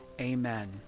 amen